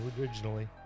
originally